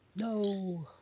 No